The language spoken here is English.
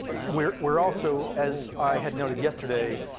we're we're also, as i had noted yesterday,